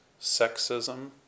sexism